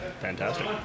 fantastic